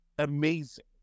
amazing